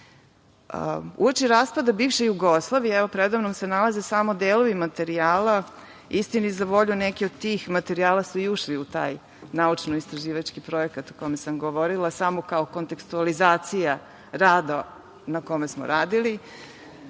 Uoči raspada bivše Jugoslavije, evo preda mnom se nalaze samo delovi materijala, istini za volju neki od tih materijala su i ušli u taj naučno istraživački projekat o kome sam govorila, samo kao kontekstualizacija rada na kome smo radili,